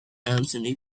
anthony